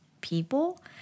people